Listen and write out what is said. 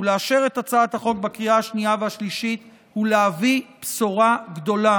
לאשר את הצעת החוק בקריאה השנייה והשלישית ולהביא בשורה גדולה